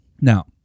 Now